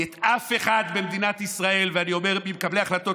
כי את אף אחד במדינת ישראל ממקבלי ההחלטות